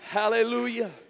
Hallelujah